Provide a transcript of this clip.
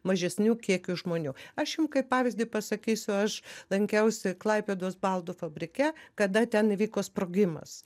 mažesniu kiekiu žmonių aš jum kaip pavyzdį pasakysiu aš lankiausi klaipėdos baldų fabrike kada ten įvyko sprogimas